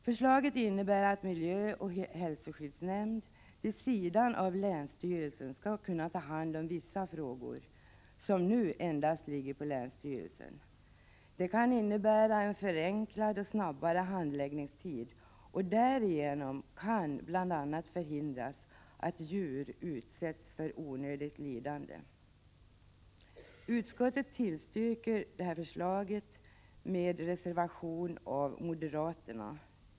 Förslaget innebär också att miljöoch hälsoskyddsnämnden vid sidan av länsstyrelsen skall kunna ta hand om vissa frågor som nu endast ligger på länsstyrelsen. Det kan innebära en förenklad och snabbare handläggningstid, och därigenom kan bl.a. förhindras att djur utsätts för onödigt lidande. Utskottet tillstyrker det här förslaget med reservation av moderaterna.